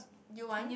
you want